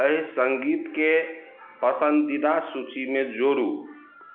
एहि सङ्गीतकेंँ पसंदीदा सूचीमे जोरू